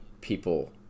people